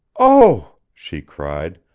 oh, she cried,